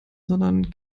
sondern